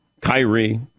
Kyrie